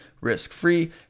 risk-free